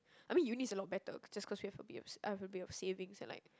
I mean uni is a lot better just cause we have a bit of I have a bit of savings and like